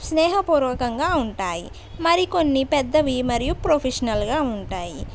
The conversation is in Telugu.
స్నేహపూర్వకంగా ఉంటాయి మరికొన్ని పెద్దవి మరియు ప్రొఫెషనల్గా ఉంటాయి